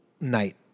night